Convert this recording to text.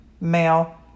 male